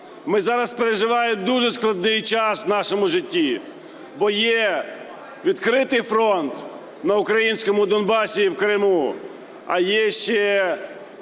Ми зараз переживаємо дуже складний час в нашому житті, бо є відкритий фронт на українському Донбасі і в Криму, а є ще